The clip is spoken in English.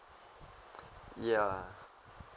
ya